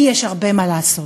כי יש הרבה מה לעשות.